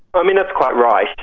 i mean, that's quite right.